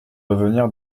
revenir